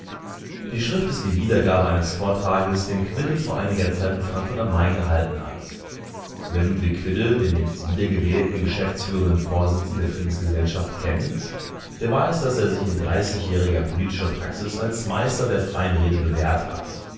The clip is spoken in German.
die schrift ist die wiedergabe eines vortrages den quidde vor einiger zeit in frankfurt a m gehalten hat wer ludwig quidde den jetzt wiedergewählten geschäftsführenden vorsitzenden der friedensgesellschaft kennt der weiß daß er sich in dreißigjähriger politischer praxis als meister der freien rede bewährt hat